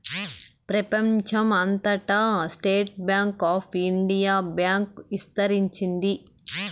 ప్రెపంచం అంతటా state bank of India bank ఇస్తరించింది